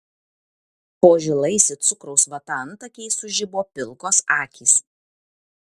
po žilais it cukraus vata antakiais sužibo pilkos akys